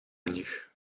nich